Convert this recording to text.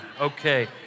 Okay